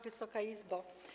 Wysoka Izbo!